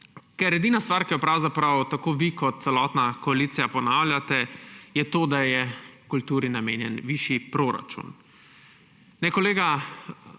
Ker edina stvar, ki jo pravzaprav tako vi kot celotna koalicija ponavljate, je to, da je kulturi namenjen višji proračun. Kolega